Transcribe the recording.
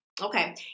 Okay